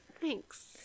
Thanks